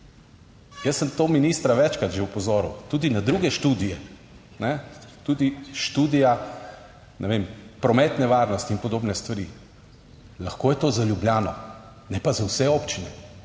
Jaz sem to ministra večkrat že opozoril tudi na druge študije. Tudi študija, ne vem, prometne varnosti in podobne stvari. Lahko je to za Ljubljano, ne pa za vse občine,